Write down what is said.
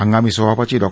हंगामी सभापती डॉ